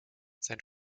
sein